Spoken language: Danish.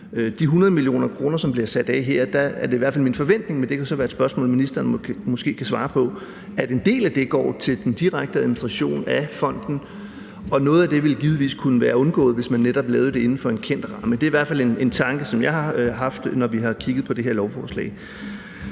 er det i hvert fald min forventning, men det kan være, at ministeren måske kan svare på det spørgsmål, at en del af dem går til den direkte administration af fonden, men noget af det ville givetvis kunne undgås, hvis man netop laver det inden for en kendt ramme. Det er i hvert fald en tanke, som jeg har haft, når vi har kigget på det her lovforslag.